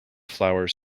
flowers